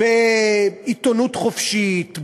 בעיתונות חופשית,